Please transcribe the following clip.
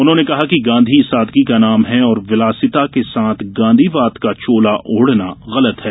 उन्होंने कहा कि गांधी सादगी का नाम है और विलासिता के साथ गांधीवाद का चोला ओढ़ना गलत है